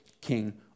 king